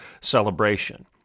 celebration